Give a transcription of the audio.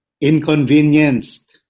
inconvenienced